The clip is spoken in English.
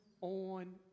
on